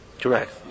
Correct